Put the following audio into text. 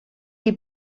die